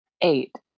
eight